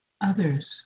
others